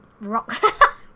rock